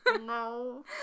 No